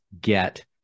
get